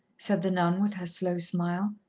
said the nun with her slow smile.